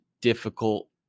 difficult